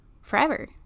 forever